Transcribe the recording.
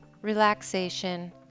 relaxation